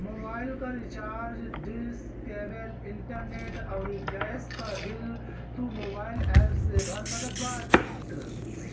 mobile कअ recharge, dish, cable, internet अउरी gas कअ बिल तू मोबाइल एप्प से भर सकत बाटअ